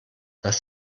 das